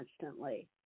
constantly